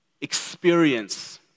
experience